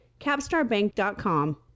capstarbank.com